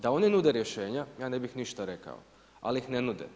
Da oni nude rješenja, ja ne bih ništa rekao, ali ih ne nude.